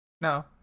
No